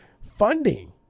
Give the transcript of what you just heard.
funding